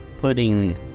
putting